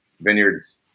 Vineyards